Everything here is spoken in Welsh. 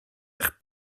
eich